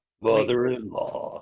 Mother-in-law